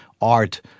art